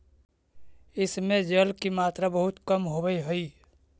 इस में जल की मात्रा बहुत कम होवअ हई